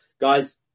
guys